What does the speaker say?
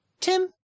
Tim